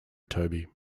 toby